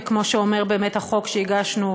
וכמו שאומר באמת החוק שהגשנו,